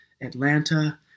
Atlanta